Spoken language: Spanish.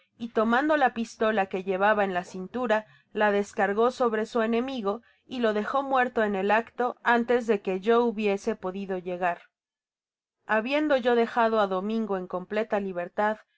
y tomando la pistola que llevaba en la cintura la descargó sobre su enemigo y lo dejó muerto en el acto antes de que yo hubiese podido llegar content from google book search generated at habiendo yo dejado á domingo en completa libertad